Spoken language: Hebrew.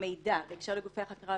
בהקשר לגופי החקירה,